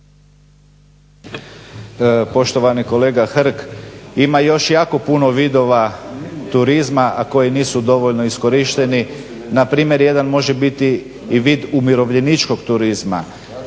Poštovani kolega Hrg, ima još jako puno vidova turizma koji nisu dovoljno iskorišteni npr. jedan može biti i vid umirovljeničkog turizma.